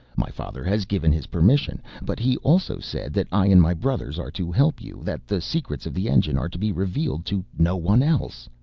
my father has given his permission. but he also said that i and my brothers are to help you, that the secrets of the engine are to be revealed to no one else.